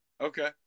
Okay